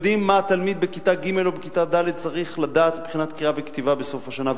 בכיתה ג' או בכיתה ד' צריך לדעת מבחינת קריאה וכתיבה בסוף השנה,